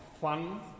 fun